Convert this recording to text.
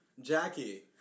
jackie